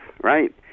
right